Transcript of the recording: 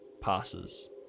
passes